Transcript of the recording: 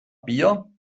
bier